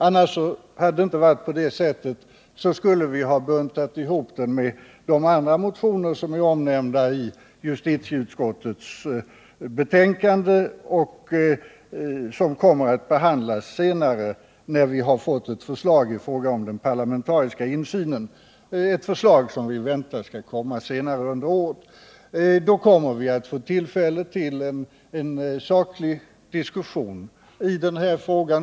Om det inte hade varit på det sättet skulle vi ha buntat ihop den med andra motioner som är omnämnda i justitieutskottets betänkande och som kommer att behandlas senare när vi har fått ett förslag i fråga om den parlamentariska insynen, ett förslag som vi väntar skall komma senare under året. Då kommer vi att få tillfälle till en sakdiskussion i denna fråga.